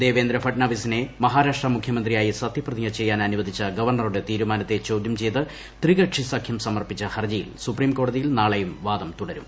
ദേവേന്ദ്ര പട്നാവിസിനെ മഹാരാഷ്ട്ര മുഖ്യമന്ത്രിയായി സത്യപ്രതിജ്ഞ ചെയ്യാൻ അനുവദിച്ച ഗവർണറുടെ തീരുമാനത്തെ ചോദ്യംചെയ്ത് ത്രികക്ഷി സഖ്യം സമർപ്പിച്ച ഹർജിയിൽ സുപ്രീംകോടതിയിൽ നാളെയും വാദം തുടരും